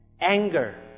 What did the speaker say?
anger